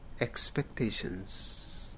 Expectations